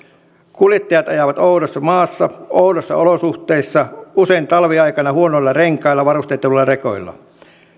kuljettajat ajavat oudossa maassa oudoissa olosuhteissa usein talviaikana huonoilla renkailla varustetuilla rekoilla